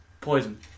poison